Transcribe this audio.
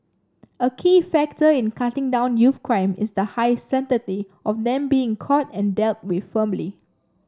a key factor in cutting down youth crime is the high certainty of them being caught and dealt with firmly